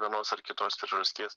vienos ar kitos priežasties